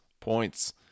points